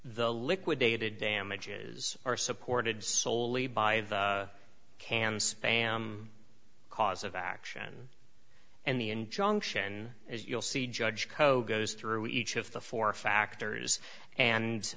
the liquidated damages are supported soley by the can spam cause of action and the injunction as you'll see judge co goes through each of the four factors and